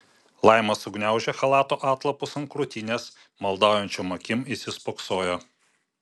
laima sugniaužė chalato atlapus ant krūtinės maldaujančiom akim įsispoksojo